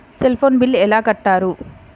Cell phone bill ఎలా కట్టారు?